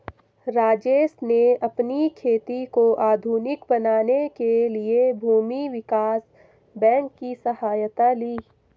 राजेश ने अपनी खेती को आधुनिक बनाने के लिए भूमि विकास बैंक की सहायता ली